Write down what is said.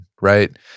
right